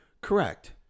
correct